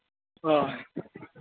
ᱦᱳᱭ